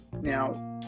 Now